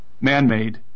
man-made